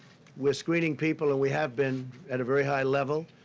we're screening people, and we have been, at a very high level.